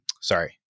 sorry